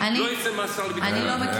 לא יצאו מהשר לביטחון לאומי.